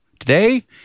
Today